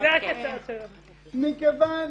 מכוון